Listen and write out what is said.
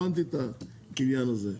הבנתי את העניין הזה.